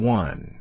one